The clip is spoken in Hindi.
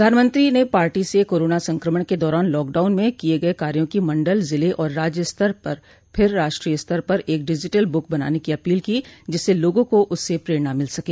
प्रधानमंत्री ने पार्टी से कोरोना संक्रमण के दौरान लॉकडाउन में किये गए कार्यों की मंडल जिले और राज्य स्तर फिर राष्ट्रीय स्तर पर एक डिजिटल ब्रक बनाने की अपील की जिससे लागों को उससे प्रेरणा मिल सके